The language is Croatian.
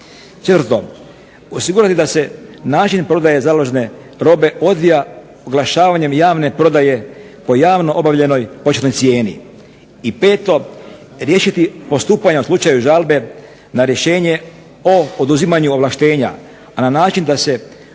Četvrto, osigurati da se način prodaje založene robe odvija oglašavanje javne prodaje po javnoj objavljenoj početnoj cijeni. I peto, riješiti postupanja u slučaju žalbe na rješenje o oduzimanju ovlaštenja a na način da se o ovim